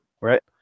Right